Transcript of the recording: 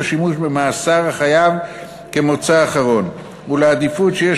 השימוש במאסר החייב כמוצא אחרון ולעדיפות שיש